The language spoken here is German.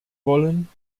wollen